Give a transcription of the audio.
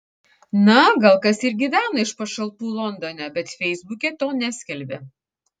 na gal kas ir gyvena iš pašalpų londone bet feisbuke to neskelbia